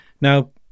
Now